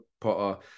Potter